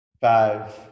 Five